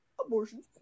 Abortion